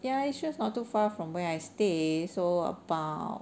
ya it's just not too far from where I stay so about